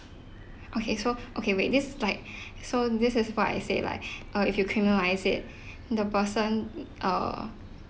okay so okay wait this like so this is what I say like if you criminalise it the person err